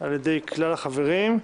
על ידי כלל החברים.